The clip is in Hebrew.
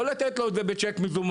לא לתת לו את זה בצ'ק מזומן.